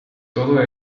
todo